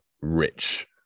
rich